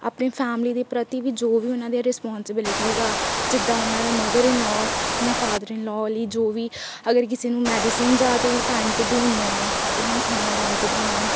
ਆਪਣੇ ਫੈਮਿਲੀ ਦੇ ਪ੍ਰਤੀ ਵੀ ਜੋ ਵੀ ਉਹਨਾਂ ਦੇ ਰਿਸਪੋਂਸੀਬਿਲਟੀਸ ਆ ਜਿੱਦਾਂ ਉਹਨਾਂ ਨੇ ਮਦਰਇਨਲਾਅ ਜਾਂ ਫਾਦਰਇਨਲਾਅ ਲਈ ਜੋ ਵੀ ਅਗਰ ਕਿਸੇ ਨੇ ਮੈਡੀਸਨ ਆ ਤਾਂ ਉਹ ਟਾਈਮ 'ਤੇ ਦੇਣੀ ਆ ਉਹਨਾਂ ਨੂੰ ਖਾਣਾ ਟਾਈਮ 'ਤੇ ਦੇਣਾ